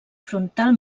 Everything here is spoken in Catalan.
frontal